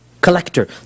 collector